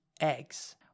eggs